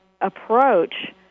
approach